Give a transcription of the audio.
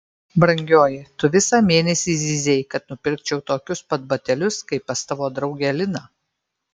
brangioji tu visą mėnesį zyzei kad nupirkčiau tokius pat batelius kaip pas tavo draugę liną